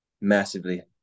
massively